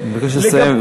אני מבקש לסיים.